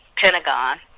Pentagon